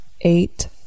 Eight